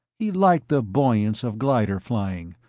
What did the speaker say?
he liked the buoyance of glider flying,